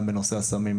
גם בנושא הסמים,